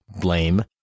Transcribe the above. blame